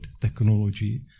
technology